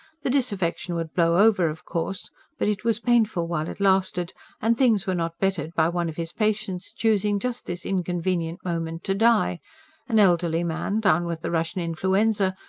the disaffection would blow over, of course but it was painful while it lasted and things were not bettered by one of his patients choosing just this inconvenient moment to die an elderly man, down with the russian influenza,